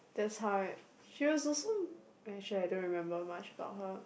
that's how I she was also actually I don't remember much about her